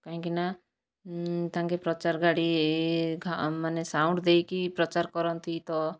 କାହିଁକିନା ତାଙ୍କେ ପ୍ରଚାର ଗାଡ଼ି ମାନେ ସାଉଣ୍ଡ ଦେଇକି ପ୍ରଚାର କରନ୍ତି ତ